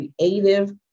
creative